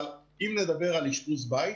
אבל, אם נדבר על אשפוז בית,